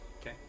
Okay